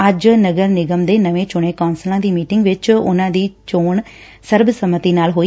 ਅੱਜ ਨਗਰ ਨਿਗਮ ਦੇ ਨਵੇ ਚੂਣੇ ਕੌਸਲਾਂ ਦੀ ਮੀਟਿੰਗ ਵਿਚ ਉਨ੍ਹਾਂ ਦੀ ਚੋਣ ਸਰਬ ਸੰਮਤੀ ਨਾਲ ਹੋਈ